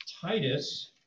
Titus